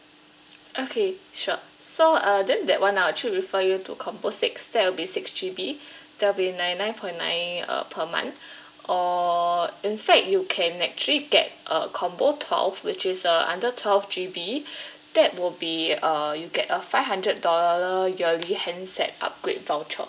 okay sure so uh then that [one] I'll actually refer you to combo six that'll be six G_B that'll be ninety nine point nine uh per month or in fact you can actually get a combo twelve which is uh under twelve G_B that will be uh you get a five hundred dollar yearly handset upgrade voucher